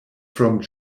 from